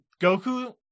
Goku